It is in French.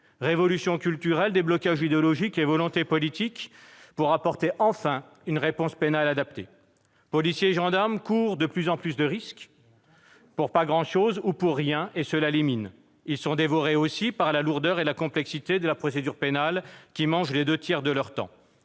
révolutions culturelles, de déblocages idéologiques et de volonté politique pour apporter enfin une réponse pénale adaptée. Policiers et gendarmes courent de plus en plus de risques pour pas grand-chose ou pour rien, et cela les mine. Ils sont dévorés aussi par la lourdeur et la complexité de la procédure pénale, qui mangent les deux tiers de leur temps.